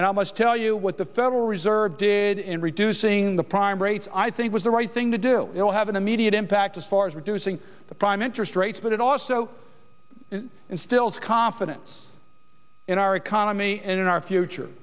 and i must tell you what the federal reserve did in reducing the prime rates i think was the right thing to do it will have an immediate impact as far as reducing the prime interest rates but it also instills confidence in our economy and in our future